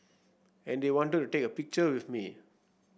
and they wanted to take a picture with me